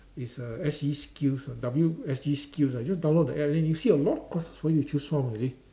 is uh S_G skills ah W S_G skills ah you just download the app then you see a lot of courses for you to choose from you see